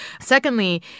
Secondly